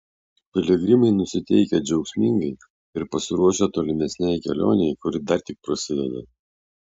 piligrimai nusiteikę džiaugsmingai ir pasiruošę tolimesnei kelionei kuri dar tik prasideda